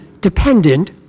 dependent